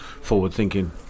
forward-thinking